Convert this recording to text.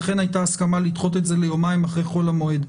לכן הייתה הסכמה לדחות את זה ליומיים אחרי חול המועד.